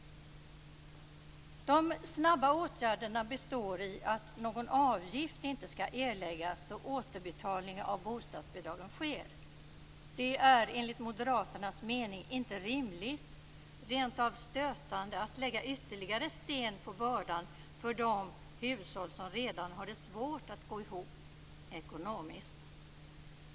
En snabb åtgärd kan vara att se till att någon avgift inte skall erläggas då återbetalning av bostadsbidragen sker. Det är enligt moderaternas mening inte rimligt, rent av stötande, att lägga ytterligare sten på bördan för de hushåll som redan har det svårt att gå ihop ekonomiskt.